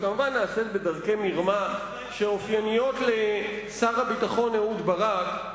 שכמובן נעשות בדרכי מרמה שאופייניות לשר הביטחון אהוד ברק,